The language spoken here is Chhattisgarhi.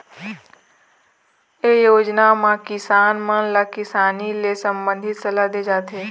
ए योजना म किसान मन ल किसानी ले संबंधित सलाह दे जाथे